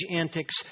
antics